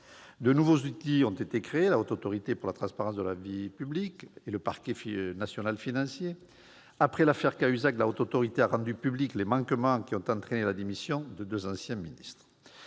De nouveaux outils ont été créés. Je pense à la Haute Autorité pour la transparence de la vie publique et au Parquet national financier. Après l'affaire Cahuzac, la Haute Autorité a rendu publics des manquements ayant entraîné la démission de deux anciens ministres.